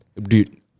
Dude